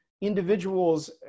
individuals